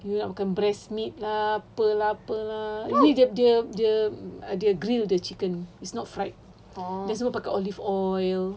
you nak makan breast meat lah apa lah apa lah the the the they grill the chicken it's not fried then semua pakai olive oil